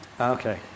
Okay